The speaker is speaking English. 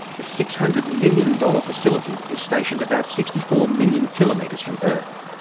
the six hundred million dollars facility is stationed about sixty four million kilometres from earth.